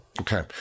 Okay